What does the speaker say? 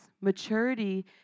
Maturity